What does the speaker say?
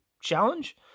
challenge